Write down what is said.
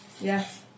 Yes